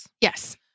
Yes